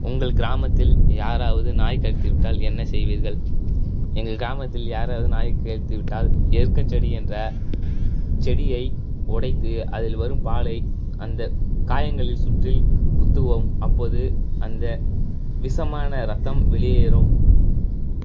உங்கள் கிராமத்தில் யாராவது நாய் கடித்து விட்டால் என்ன செய்வீர்கள் எங்கள் கிராமத்தில் யாரையாவது நாய் கடித்து விட்டால் எருக்கம் செடி என்ற செடியை உடைத்து அதில் வரும் பாலை அந்தக் காயங்களில் சுற்றி குத்துவோம் அப்போது அந்த விஷமான ரத்தம் வெளியேறும்